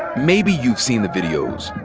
maybe you've seen the videos.